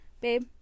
babe